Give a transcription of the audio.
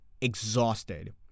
exhausted